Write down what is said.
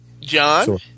John